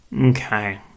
Okay